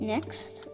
Next